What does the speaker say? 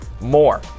more